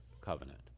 covenant